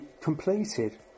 completed